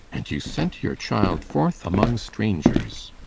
and you sent your child forth among strangers.